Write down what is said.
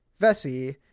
Vessi